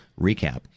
recap